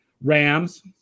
Rams